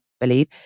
believe